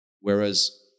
Whereas